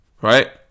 right